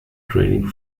training